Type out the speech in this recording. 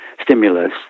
stimulus